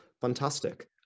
Fantastic